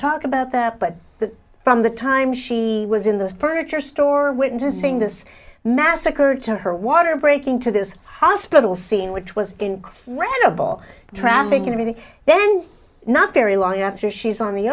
about that but that from the time she was in the furniture store witnessing this massacre to her water breaking to this hospital scene which was incredible trafficking everything then not very long after she's on the